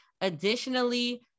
Additionally